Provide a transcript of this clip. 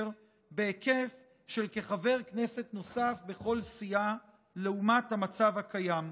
בהיקף של חבר כנסת נוסף בכל סיעה לעומת המצב הקיים.